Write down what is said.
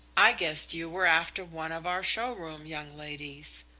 i guessed you were after one of our showroom young ladies.